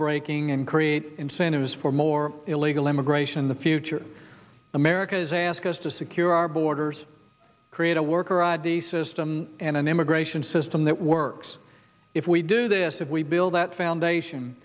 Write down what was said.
breaking and create incentives for more illegal immigration in the future america has asked us to secure our borders create a worker id system and an immigration system that works if we do this if we build that foundation